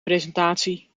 presentatie